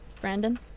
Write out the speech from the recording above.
Brandon